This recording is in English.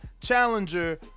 challenger